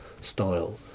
style